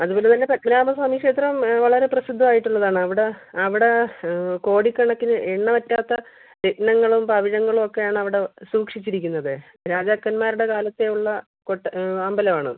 അതുപോലെ തന്നെ പത്മനാഭസ്വാമി ക്ഷേത്രം വളരെ പ്രസിദ്ധമായിട്ടുള്ളതാണ് അവിടെ അവിടെ കോടികണക്കിന് എണ്ണമറ്റാത്ത രത്നങ്ങളും പവിഴങ്ങളും ഒക്കെയാണവിടെ സൂക്ഷിച്ചിരിക്കുന്നത് രാജാക്കന്മാരുടെ കാലത്തേയുള്ള കൊട്ട് അമ്പലമാണത്